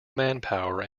manpower